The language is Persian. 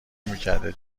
نمیکرده